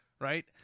right